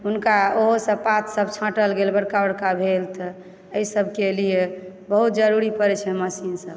हुनका ओहो सब पात सब छाँटल गेल बड़का बड़का भेल तऽ एहि सबके लिए बहुत ज़रूरी पड़ै छै मशीन सबके